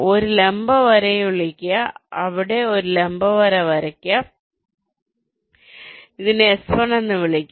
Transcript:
ഒരു ലംബ വരയെ വിളിക്കുക ഇവിടെ ഒരു ലംബ രേഖ വരയ്ക്കുക ഇതിനെ S1 എന്ന് വിളിക്കുക